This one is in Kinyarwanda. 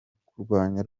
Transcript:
kurwanya